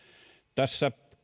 tässä